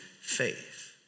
faith